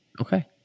Okay